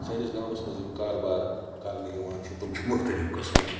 سٲنِس گامَس منٛز یِم کاربار کرنہٕ یِوان چھ تِم چھِ مُختٔلِف قٕسمٕکۍ